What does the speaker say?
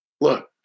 look